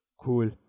Cool